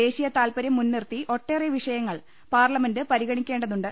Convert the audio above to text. ദേശീയതാത്പര്യം മുൻനിർത്തി ഒട്ടേറെ വിഷ യങ്ങൾ പാർലമെന്റ് പരി ഗ ണി ക്കേ ണ്ട തു ണ്ട്